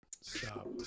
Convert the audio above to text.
Stop